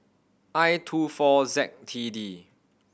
I two four Z T D